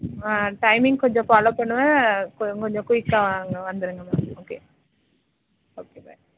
ஆ timing கொஞ்சம் follow பண்ணுவேன் கொஞ்சம் குயிக்காக அங்கே வந்துடுங்க அது ஓகே ஓகே பாய்